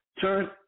Turn